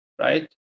right